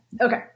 Okay